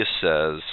says